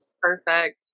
Perfect